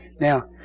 Now